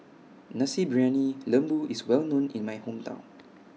Nasi Briyani Lembu IS Well known in My Hometown